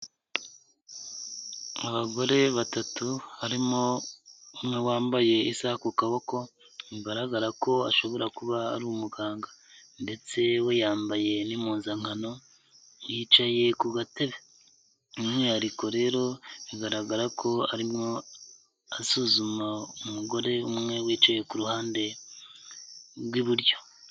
Abagore batatu harimo umwe wambaye isaha ku kaboko, bigaragara ko ashobora kuba ari umuganga. Ndetse we yambaye n'impunzankano, yicaye ku gatebe. Umwihariko rero bigaragara ko arimo asuzuma umugore umwe wicaye ku ruhande rw'iburyo.